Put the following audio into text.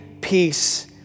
peace